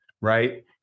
right